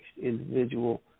individual